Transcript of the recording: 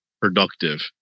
productive